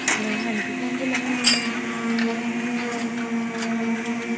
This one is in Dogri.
हैलो अंजी कुन्न बोल्ला दा